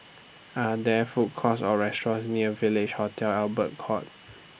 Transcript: Are There Food Courts Or restaurants near Village Hotel Albert Court